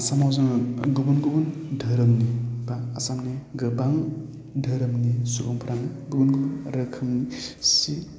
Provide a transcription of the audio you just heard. आसामाव जोङो गुबुन गुबुन धोरोम बा आसामनि गोबां दोरोमनि सुबुंफोरानो गुबुन गुबुन रोखोमनि सि